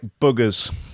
boogers